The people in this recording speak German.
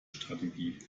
strategie